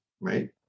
right